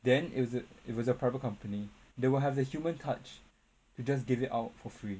then is it if it's a private company they will have the human touch to just give it out for free